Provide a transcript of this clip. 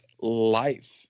life